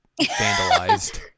vandalized